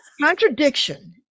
contradiction